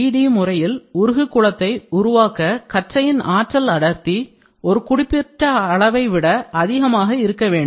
BD முறையில் உருகு குளத்தை உருவாக்க கற்றையின் ஆற்றல் அடர்த்தி ஒரு குறிப்பிட்ட அளவைவிட அதிகமாக இருக்க வேண்டும்